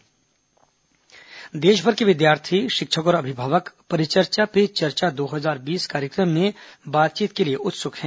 परीक्षा पे चर्चा देशभर के विद्यार्थी शिक्षक और अभिभावक परीक्षा पे चर्चा दो हजार बीस कार्यक्रम में बातचीत के लिए उत्सुक हैं